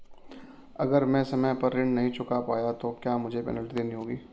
अगर मैं समय पर ऋण नहीं चुका पाया तो क्या मुझे पेनल्टी देनी होगी?